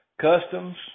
customs